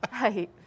Right